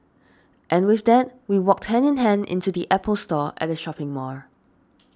and with that we walked hand in hand into the Apple Store at the shopping mall